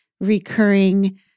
recurring